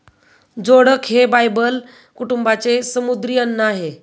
जोडक हे बायबल कुटुंबाचे समुद्री अन्न आहे